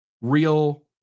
real